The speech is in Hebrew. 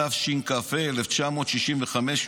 התשכ"ה 1965,